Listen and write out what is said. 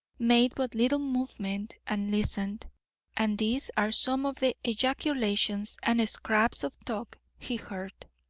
made but little movement and listened and these are some of the ejaculations and scraps of talk he heard